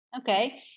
Okay